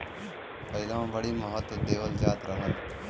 पहिलवां बड़ी महत्त्व देवल जात रहल